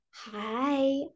hi